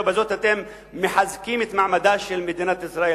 ובזאת אתם מחזקים את מעמדה של מדינת ישראל.